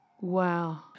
Wow